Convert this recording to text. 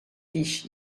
fish